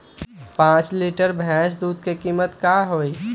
पाँच लीटर भेस दूध के कीमत का होई?